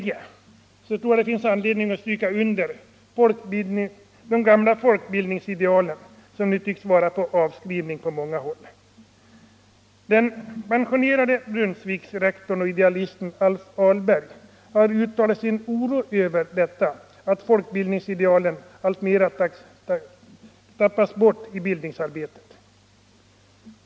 Jag tror att det finns anledning att stryka under de gamla folkbildningsidealen, som nu tycks vara på avskrivning på många håll. Den pensionerade Brunnsviksrektorn och idealisten Alf Ahlberg har uttalat sin oro över detta att folkbildningsidealen alltmera tappats bort i bildningsarbetet.